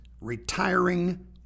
retiring